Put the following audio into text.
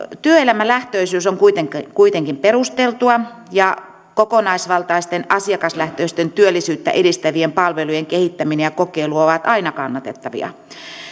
työelämälähtöisyys on kuitenkin kuitenkin perusteltua ja kokonaisvaltaisten asiakaslähtöisten työllisyyttä edistävien palvelujen kehittäminen ja kokeilu ovat aina kannatettavia